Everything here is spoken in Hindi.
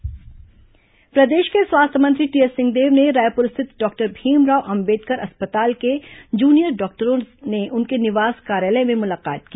स्वास्थ्य मंत्री जूडो मुलाकात प्रदेश के स्वास्थ्य मंत्री टीएस सिंहदेव से रायपुर स्थित डॉक्टर भीमराव अंबेडकर अस्पताल के जूनियर डॉक्टरों ने उनके निवास कार्यालय में मुलाकात की